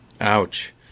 ouch